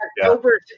October